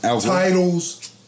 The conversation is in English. titles